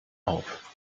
auf